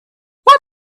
what